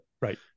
Right